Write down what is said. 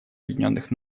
объединенных